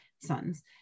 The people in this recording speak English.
sons